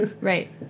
Right